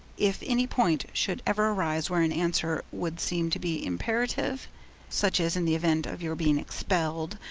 if any point should ever arise where an answer would seem to be imperative such as in the event of your being expelled,